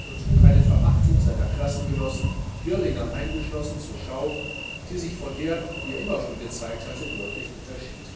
und trug eine verachtung seiner klassengenossen girlinger eingeschlossen zur schau die sich von der die er schon immer gezeigt hatte deutlich unterschied